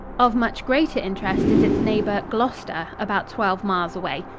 of much greater interest is its neighbor, gloucester, about twelve miles away.